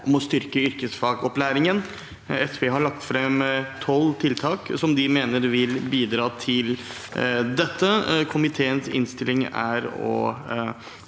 om å styrke yrkesfagopplæringen. SV har lagt fram tolv tiltak de mener vil bidra til dette. Komiteens innstilling er å